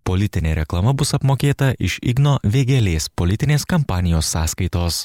politinė reklama bus apmokėta iš igno vėgėlės politinės kampanijos sąskaitos